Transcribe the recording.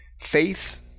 faith